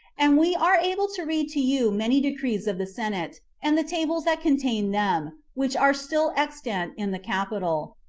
and we are able to read to you many decrees of the senate, and the tables that contain them, which are still extant in the capitol,